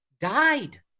died